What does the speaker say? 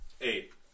Eight